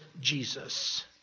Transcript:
Jesus